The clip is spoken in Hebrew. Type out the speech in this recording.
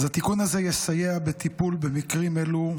התיקון הזה יסייע בטיפול במקרים אלו,